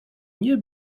nie